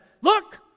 look